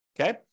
Okay